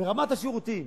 ברמת השירותים,